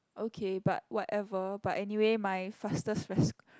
okay but whatever but anyway my fastest was